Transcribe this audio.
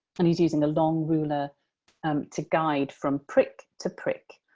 and he's using the long ruler um to guide from prick to prick.